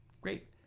Great